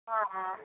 ହଁ